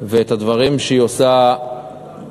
ואת הדברים שהיא עושה בטעות,